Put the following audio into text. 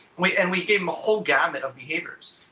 we and we gave them a whole gamut of behaviors.